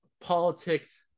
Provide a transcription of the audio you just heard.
politics